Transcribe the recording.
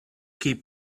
keep